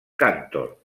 cantor